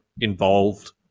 involved